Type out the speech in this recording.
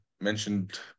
mentioned